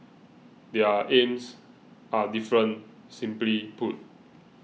their aims are different simply put